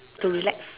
to relax